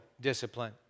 discipline